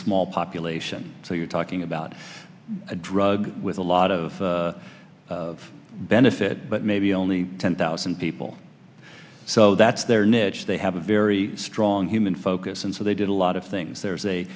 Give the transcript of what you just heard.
small population so you're talking about a drug with a lot of of benefit but maybe only ten thousand people so that's their niche they have a very strong human focus and so they did a lot of things there's a